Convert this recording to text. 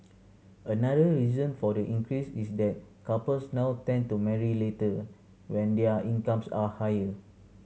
another reason for the increase is that couples now tend to marry later when their incomes are higher